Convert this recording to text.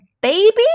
baby